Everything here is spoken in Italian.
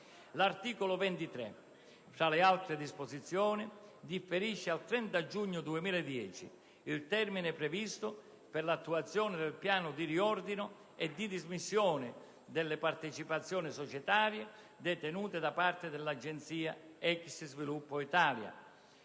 L'articolo 23, tra le altre disposizioni, differisce al 30 giugno 2010 il termine previsto per l'attuazione del piano di riordino e di dismissione delle partecipazioni societarie detenute da parte dell'Agenzia ex Sviluppo Italia;